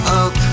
up